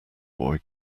boy